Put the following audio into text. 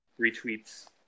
retweets